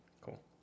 Cool